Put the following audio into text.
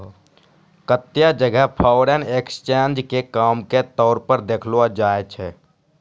केत्तै जगह foreign exchange के काम के तौर पर देखलो जाय छै